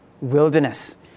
wilderness